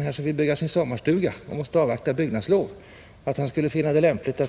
Om den som vill bygga en sommarstuga och sålunda måste avvakta byggnadslov finner det lämpligt